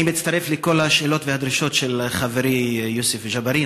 אני מצטרף לכל השאלות והדרישות של חברי יוסף ג'בארין,